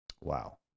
Wow